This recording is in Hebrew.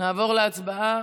נעבור להצבעה.